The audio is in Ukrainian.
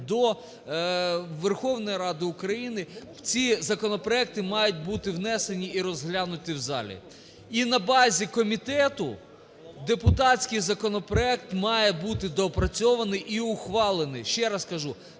до Верховної Ради України, ці законопроекти мають бути внесені і розглянуті в залі. І на базі комітету депутатський законопроект має бути доопрацьований і ухвалений. Ще раз кажу,